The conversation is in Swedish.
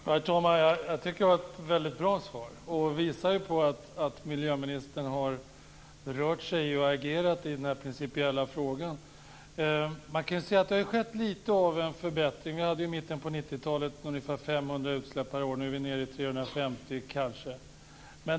Herr talman! Jag tycker att det var ett bra svar. Det visar på att miljöministern har rört sig och agerat i den principiella frågan. Det har skett lite av en förbättring. I mitten av 90 talet var det ungefär 500 utsläpp per år. Nu är det nere i kanske 350.